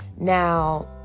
Now